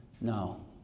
no